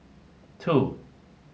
two